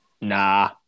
Nah